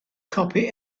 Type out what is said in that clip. copy